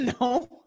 No